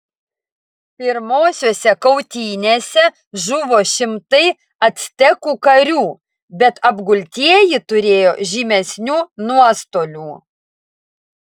pirmosiose kautynėse žuvo šimtai actekų karių bet apgultieji turėjo žymesnių nuostolių